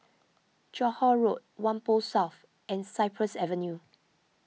Johore Road Whampoa South and Cypress Avenue